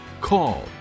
call